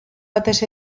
batez